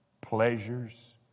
pleasures